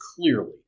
clearly